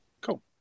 Cool